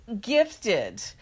gifted